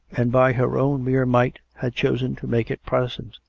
and by her own mere might had chosen to make it protestant